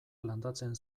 landatzen